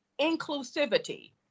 inclusivity